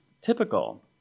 typical